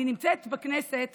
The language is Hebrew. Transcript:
אני נמצאת בכנסת